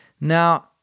Now